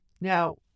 Now